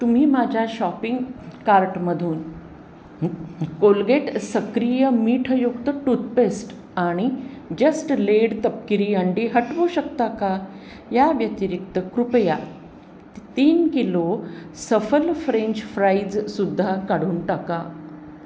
तुम्ही माझ्या शॉपिंग कार्टमधून कोलगेट सक्रिय मीठयुक्त टूथपेस्ट आणि जस्ट लेड तपकिरी अंडी हटवू शकता का या व्यतिरिक्त कृपया तीन किलो सफल फ्रेंच फ्राइजसुद्धा काढून टाका